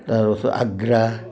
তাৰপাছত আগ্ৰা